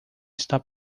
está